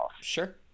Sure